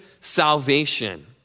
salvation